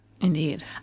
Indeed